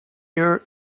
year